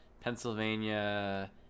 Pennsylvania